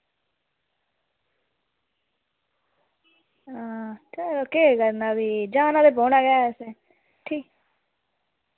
आं चलो केह् करना भी जाना ते पौना गै असें